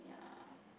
yeah